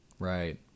Right